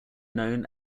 known